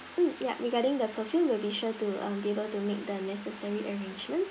mm yup regarding the perfume we'll be sure to um be able to make the necessary arrangements